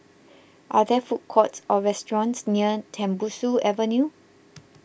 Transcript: are there food courts or restaurants near Tembusu Avenue